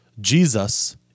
Jesus